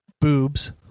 boobs